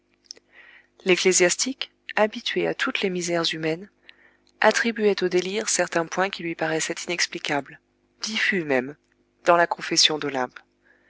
l'ecclésiastique habitué à toutes les misères humaines attribuait au délire certains points qui lui paraissaient inexplicables diffus même dans la confession d'olympe